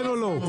כן או לא?